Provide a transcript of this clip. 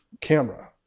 camera